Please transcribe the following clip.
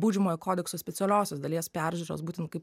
baudžiamojo kodekso specialiosios dalies peržiūros būtent kaip